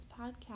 podcast